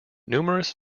numerous